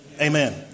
amen